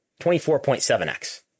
24.7X